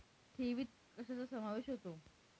ठेवीत कशाचा समावेश होतो?